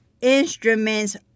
instruments